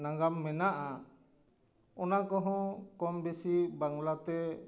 ᱱᱟᱜᱟᱢ ᱢᱮᱱᱟᱜᱼᱟ ᱚᱱᱟ ᱠᱚᱦᱚᱸ ᱠᱚᱢ ᱵᱮᱥᱤ ᱵᱟᱝᱞᱟ ᱛᱮ